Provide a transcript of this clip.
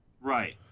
Right